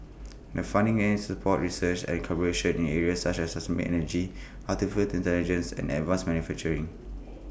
the funding aims to support research and collaboration in areas such as sustainable energy Artificial Intelligence and advanced manufacturing